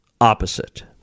opposite